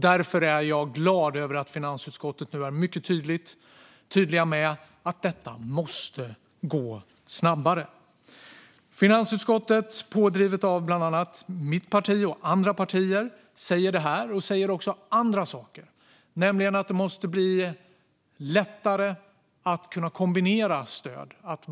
Därför är jag glad över att finansutskottet nu är mycket tydligt med att detta måste gå snabbare. Finansutskottet, pådrivet av bland annat mitt parti och andra partier, säger detta och säger också andra saker. Det måste bli lättare att kunna kombinera stöd.